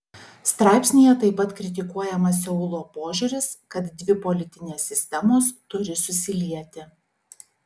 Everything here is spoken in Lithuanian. straipsnyje taip pat kritikuojamas seulo požiūris kad dvi politinės sistemos turi susilieti